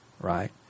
right